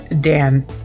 dan